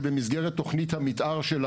שבמסגרת תכנית המתאר שלה,